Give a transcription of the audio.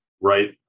Right